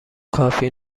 کافی